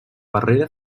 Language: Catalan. barrera